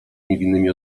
niewinnymi